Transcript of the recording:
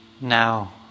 now